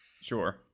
Sure